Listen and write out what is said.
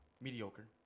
Mediocre